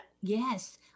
yes